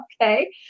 okay